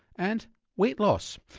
and weight loss.